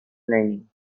learning